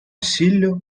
сіллю